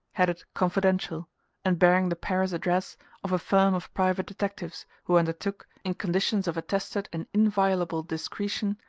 headed confidential and bearing the paris address of a firm of private detectives who undertook, in conditions of attested and inviolable discretion,